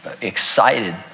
excited